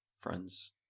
friends